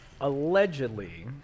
allegedly